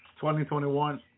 2021